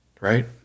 right